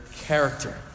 character